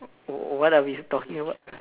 what are we talking about